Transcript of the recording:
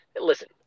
Listen